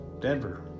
Denver